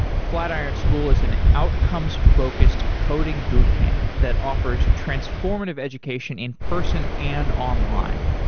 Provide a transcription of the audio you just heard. flatiron school is an outcomes focused coding bootcamp that offers transformative education in-person and online.